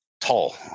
tall